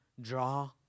draw